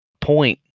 point